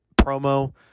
promo